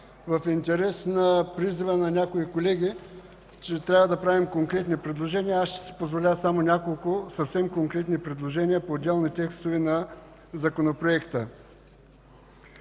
В интерес на призива на някои колеги, че трябва да правим конкретни предложения, ще си позволя само няколко съвсем конкретни предложения по отделни текстове на Законопроекта.